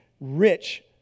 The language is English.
rich